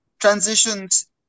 transitions